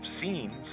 scenes